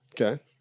Okay